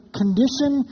condition